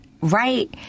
right